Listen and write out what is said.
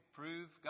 prove